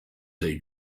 they